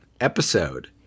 episode